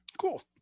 cool